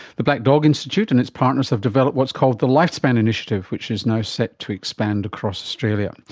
the black dog institute and its partners have developed what's called the lifespan initiative, which is now set to expand across australia.